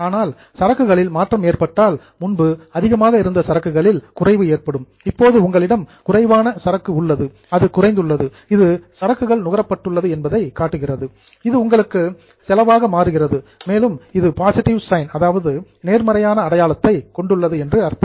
ஆனால் சரக்குகளில் மாற்றம் ஏற்பட்டால் முன்பு அதிகமாக இருந்த சரக்குகளில் டிக்ரிஸ் குறைவு ஏற்படும் இப்போது உங்களிடம் குறைவான இன்வெண்டரி சரக்கு உள்ளது அது குறைந்துள்ளது இது சரக்குகள் நுகர பட்டுள்ளது என்பதை காட்டுகிறது இது உங்களுக்கு செலவாக மாறுகிறது மேலும் இது பாசிட்டிவ் சைன் நேர்மறையான அடையாளத்தை கொண்டுள்ளது என்று அர்த்தம்